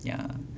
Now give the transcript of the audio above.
yeah